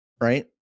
right